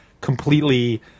completely